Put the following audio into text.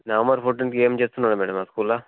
November ఫోర్టీన్త్కు ఏం చేస్తున్నారు మేడం ఆ స్కూల్లో